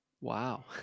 Wow